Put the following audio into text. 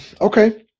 okay